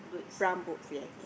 brown boats yes